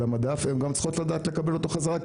המדף הן גם צריכות לדעת לקבל אותו חזרה.